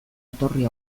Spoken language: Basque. etorri